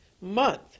month